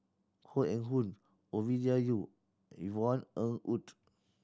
Koh Eng Hoon Ovidia Yu Yvonne Ng Uhde